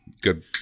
good